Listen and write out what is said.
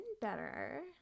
better